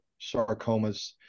sarcomas